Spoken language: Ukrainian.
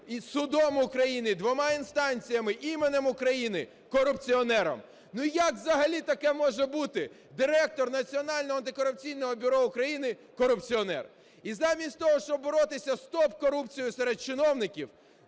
судом України, двома інстанціями, іменем України – корупціонером. Як взагалі таке може бути, Директор Національного антикорупційного бюро України – корупціонер? І замість того, щоб боротися з топ-корупцією серед чиновників,